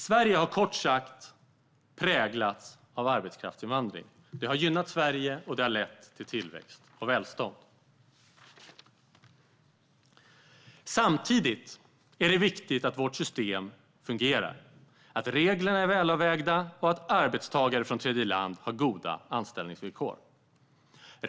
Sverige har kort sagt präglats av arbetskraftsinvandring. Det har gynnat Sverige, och det har lett till tillväxt och välstånd. Samtidigt är det viktigt att vårt system fungerar, att reglerna är välavvägda och att arbetstagare från tredjeland har goda anställningsvillkor.